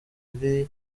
iri